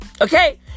Okay